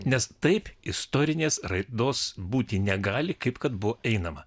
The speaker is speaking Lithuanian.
nes taip istorinės raidos būti negali kaip kad buvo einama